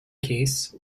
case